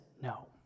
no